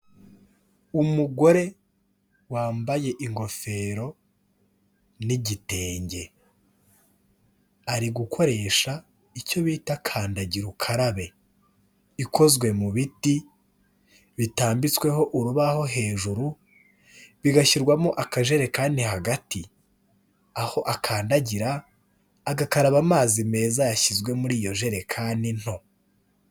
Umugore wambaye ingofero n'igitenge. Ari gukoresha icyo bita kandagira ukarabe. Ikozwe mu biti bitambitsweho urubaho hejuru bigashyirwamo akajerekani hagati. Aho akandagira agakaraba amazi meza yashyizwe muri iyo jerekani nto.